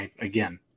again